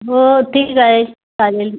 हो ठीक जाईल चालेल